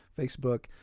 Facebook